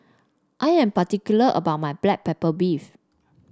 I am particular about my Black Pepper Beef